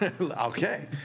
Okay